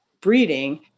breeding